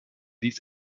dies